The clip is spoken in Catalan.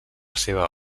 seva